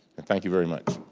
and thank you very much.